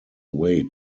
way